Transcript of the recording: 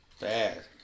Bad